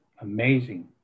amazing